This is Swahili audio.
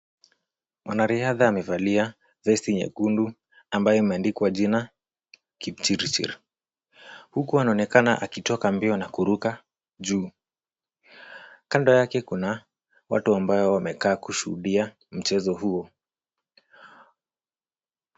Mwanariadha amevalia vest nyekundu ambayo imeandikwa jina Kipchirchir huku anaonekana akitoka mbio na kuruka juu. Kando yake kuna watu ambao wamekaa kushuhudia mchezo huo.